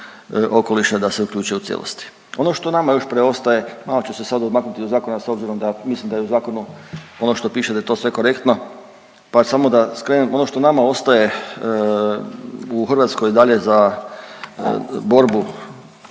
da se uključe u cijelosti. Ono što nama još preostaje, malo ću se sad odmaknuti od zakona s obzirom da, mislim da je u zakonu ono što piše da je to sve korektno, pa samo da skrenem ono što nama ostaje u Hrvatskoj dalje za borbu